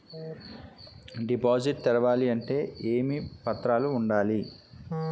Deposit తెరవాలి అంటే ఏమేం పత్రాలు ఉండాలి?